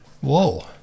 whoa